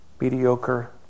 mediocre